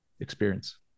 experience